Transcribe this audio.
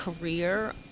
career